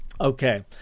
Okay